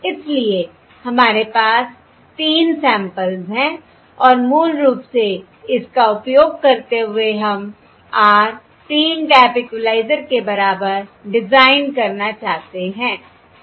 इसलिए हमारे पास 3 सैंपल्स हैं और मूल रूप से इसका उपयोग करते हुए हम r 3 टैप इक्वलाइजर के बराबर डिजाइन करना चाहते हैं सही